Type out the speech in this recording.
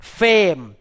fame